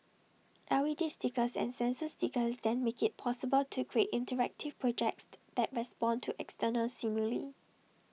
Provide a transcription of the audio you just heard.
L E D stickers and sensor stickers then make IT possible to create interactive projects that respond to external stimuli